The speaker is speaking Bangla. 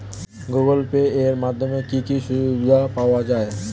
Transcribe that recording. গুগোল পে এর মাধ্যমে কি কি সুবিধা পাওয়া যায়?